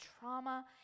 trauma